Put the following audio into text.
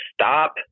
stop